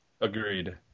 Agreed